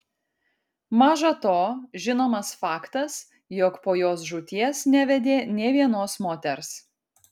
maža to žinomas faktas jog po jos žūties nevedė nė vienos moters